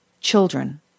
children